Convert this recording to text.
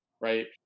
right